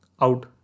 out